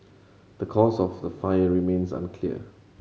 the cause of the fire remains unclear